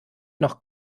noch